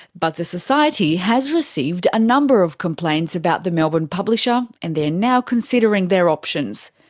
but the society has received a number of complaints about the melbourne publisher, and they are now considering their options.